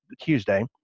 Tuesday